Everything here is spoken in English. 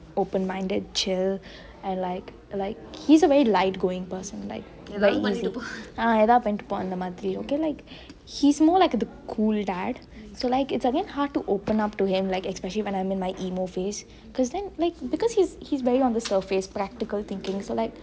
open minded chill and like like he's a very light going person like easy எதாவது பன்னிட்டு போ அந்த மாதிரி:ethaavathu pannitu po anthe maathiri okay like he's more like the cool dad so again it's hard to open up to him when I'm in my emo phase because then like because he's very on the surface practical thinking so like